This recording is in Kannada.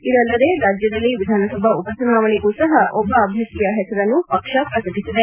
ಇದಲ್ಲದೆ ರಾಜ್ಯದಲ್ಲಿ ವಿಧಾನಸಭಾ ಉಪಚುನಾವಣೆಗೂ ಸಹ ಒಬ್ಬ ಅಭ್ಯರ್ಥಿಯ ಹೆಸರನ್ನು ಪಕ್ಷ ಪ್ರಕಟಿಸಿದೆ